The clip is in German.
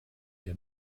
der